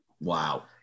Wow